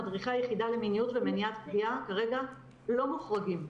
מדריכי היחידה למיניות ומניעת פגיעה כרגע לא מוחרגים,